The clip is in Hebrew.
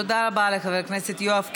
תודה רבה לחבר הכנסת יואב קיש.